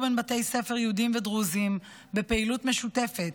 בין בתי ספר יהודיים ודרוזיים בפעילות משותפת.